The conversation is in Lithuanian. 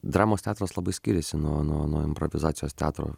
dramos teatras labai skiriasi nuo nuo nuo improvizacijos teatro